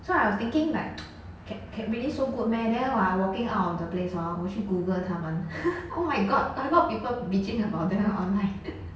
so I was thinking like ca~ ca~ really so good meh then while I walking out of the place hor 我去 google 他们 oh my god I got people bitching about them online